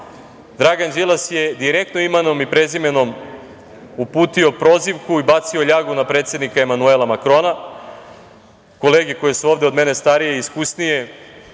Dragan Đilas je direktno imenom i prezimenom uputio prozivku i bacio ljagu na predsednika Emanuela Makrona. Kolege koje su ovde od mene starije i iskusnije